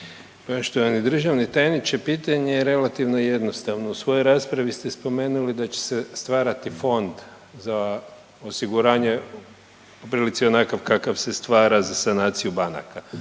Poštovani državni tajniče pitanje je relativno jednostavno. U svojoj raspravi ste spomenuli da će se stvarati Fond za osiguranje po prilici onakav kakav se stvara za sanaciju banaka,